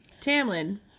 Tamlin